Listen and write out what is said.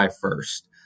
first